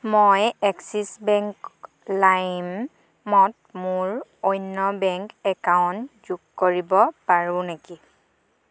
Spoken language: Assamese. মই এক্সিছ বেংক লাইমত মোৰ অন্য বেংক একাউণ্ট যোগ কৰিব পাৰোঁ নেকি